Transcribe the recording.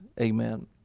amen